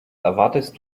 erwartest